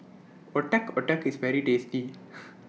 Otak Otak IS very tasty